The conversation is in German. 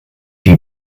die